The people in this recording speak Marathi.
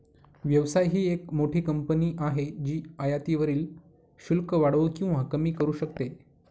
व्यवसाय ही एक मोठी कंपनी आहे जी आयातीवरील शुल्क वाढवू किंवा कमी करू शकते